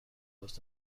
list